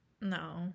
No